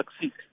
succeed